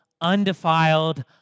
undefiled